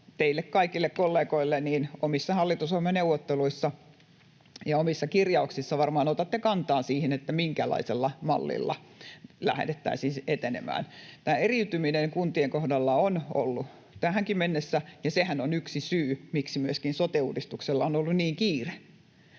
teille kaikille kollegoille: omissa hallitusohjelmaneuvotteluissanne ja omissa kirjauksissanne varmaan otatte kantaa siihen, minkälaisella mallilla lähdettäisiin etenemään. Eriytymistä kuntien kohdalla on ollut tähänkin mennessä, ja sehän on yksi syy, miksi myöskin sote-uudistuksella on ollut niin kiire.